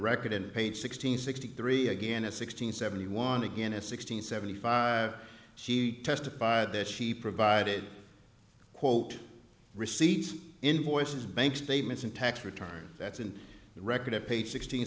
record in page sixteen sixty three again at sixteen seventy one again at sixty seventy five she testified that she provided quote receipts invoices bank statements and tax return that's in the record at page sixteen